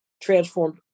transformed